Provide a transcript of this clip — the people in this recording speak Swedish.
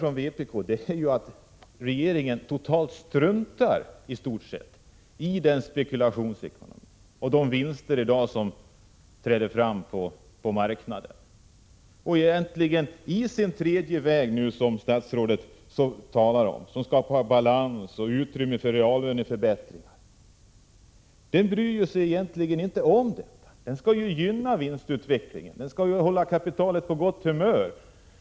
Från vpk hävdar vi att regeringen i stort sett struntar i spekulationsekonomin och de vinster som görs på marknaden. I den tredje vägens politik, som statsrådet talar om, vilken skall skapa balans och utrymme för reallöneförbättringar, bryr man sig egentligen inte om detta. Den politiken skall ju gynna vinstutvecklingen. Den skall hålla kapitalet på gott humör.